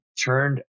turned